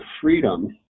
freedom